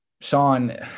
Sean